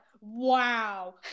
wow